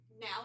now